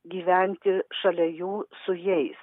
gyventi šalia jų su jais